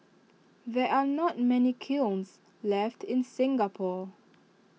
there are not many kilns left in Singapore